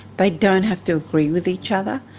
they don't have to agree with each other,